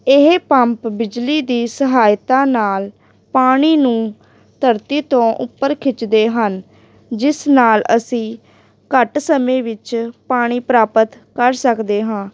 ਇਹ ਪੰਪ ਬਿਜਲੀ ਦੀ ਸਹਾਇਤਾ ਨਾਲ ਪਾਣੀ ਨੂੰ ਧਰਤੀ ਤੋਂ ਉੱਪਰ ਖਿੱਚਦੇ ਹਨ ਜਿਸ ਨਾਲ ਅਸੀਂ ਘੱਟ ਸਮੇਂ ਵਿੱਚ ਪਾਣੀ ਪ੍ਰਾਪਤ ਕਰ ਸਕਦੇ ਹਾਂ